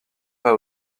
pas